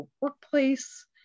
workplace